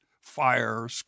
fire